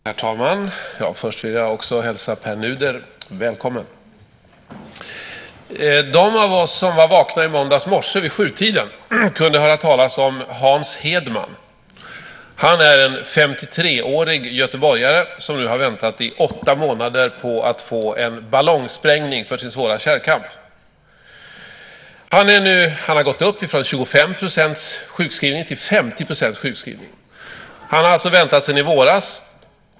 Herr talman! Jag vill också hälsa Pär Nuder välkommen. De av oss som var vakna i måndags morse vid 7-tiden kunde höra talas om Hans Hedman. Han är en 53-årig göteborgare som nu har väntat i åtta månader på att få en ballongsprängning för sin svåra kärlkramp. Han har gått upp från 25 % sjukskrivning till 50 % sjukskrivning. Han har alltså väntat sedan i våras.